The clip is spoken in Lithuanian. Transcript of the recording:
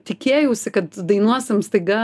tikėjausi kad dainuosim staiga